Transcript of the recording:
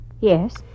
Yes